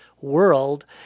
world